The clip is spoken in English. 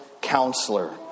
counselor